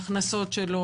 הכנסותיו,